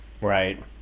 Right